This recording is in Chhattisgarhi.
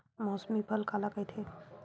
मौसमी फसल काला कइथे?